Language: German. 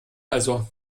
also